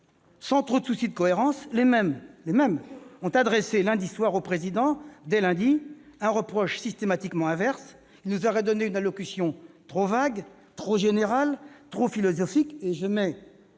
Sans trop de souci de cohérence, les mêmes ont adressé au Président, dès lundi soir, un reproche systématiquement inverse : il nous aurait livré une allocution trop vague, trop générale, trop « philosophique